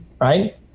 right